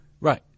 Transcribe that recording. Right